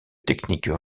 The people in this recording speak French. techniques